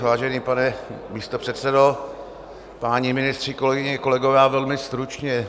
Vážený pane místopředsedo, páni ministři, kolegyně, kolegové, velmi stručně.